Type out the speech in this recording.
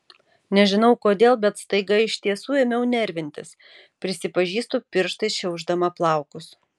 nežinau kodėl bet staiga iš tiesų ėmiau nervintis prisipažįstu pirštais šiaušdama plaukus